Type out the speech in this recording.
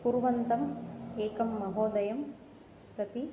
कुर्वन्तम् एकं महोदयं प्रति